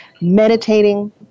meditating